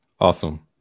Awesome